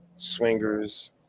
Swingers